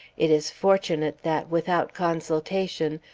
it is fortunate that, without consultation,